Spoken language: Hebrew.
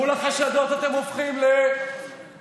מול החשדות אתם הופכים לסנגורים,